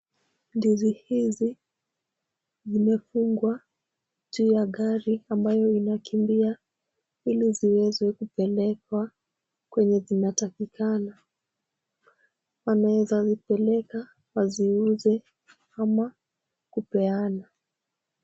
Ndizi hizi zimefungwa juu ya gari ambayo inakimbia ili ziweze kupelekwa kwenye zinatakikana. Wanaweza zipeleka waziuze ama kupeana.